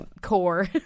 core